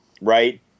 Right